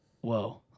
whoa